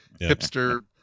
hipster